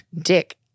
dick